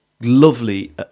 lovely